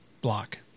block